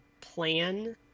plan